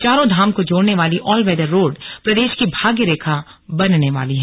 चारों धाम को जोड़ने वाली ऑलवेदर रोड प्रदेश की भाग्य रेखा बनने वाली है